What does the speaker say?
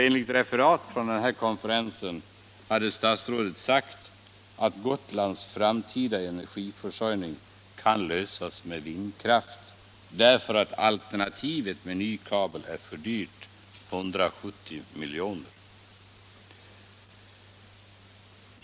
Enligt referat från denna konferens hade statsrådet sagt att Gotlands framtida energiförsörjning kan klaras med vindkraft och att alternativet med ny kabel är för dyrt, 170 miljoner.